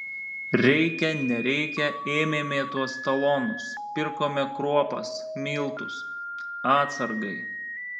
reikia nereikia ėmėme tuos talonus pirkome kruopas miltus atsargai